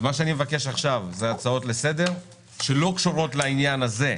מה שאני מבקש עכשיו הצעות לסדר שלא קשורות ספציפית לעניין הזה.